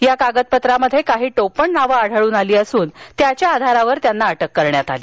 या कागदपत्रात काही टोपण नाव आढळून आली असून त्याच्या आधारावर त्यांना अटक करण्यात आली